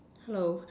hello